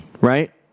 Right